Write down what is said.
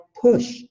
push